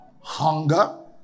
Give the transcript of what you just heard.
Hunger